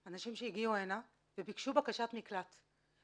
אנשים שהגיעו הנה וביקשו בקשת מקלט.